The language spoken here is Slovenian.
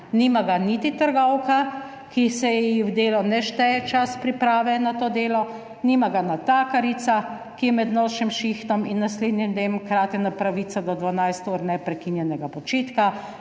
Nima ga niti trgovka, ki se ji v delo ne šteje čas priprave na to delo, nima ga natakarica, ki je med nočnim šihtom in naslednjim dnem kratena pravica do 12 ur neprekinjenega počitka.